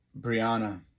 Brianna